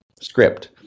script